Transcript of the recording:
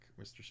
mr